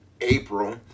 April